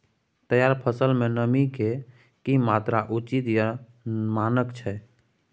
तैयार फसल में नमी के की मात्रा उचित या मानक छै?